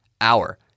hour